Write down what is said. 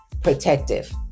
protective